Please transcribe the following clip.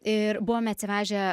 ir buvome atsivežę